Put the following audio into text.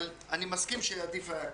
אבל אני מסכים שעדיף היה ככה.